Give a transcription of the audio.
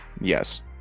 Yes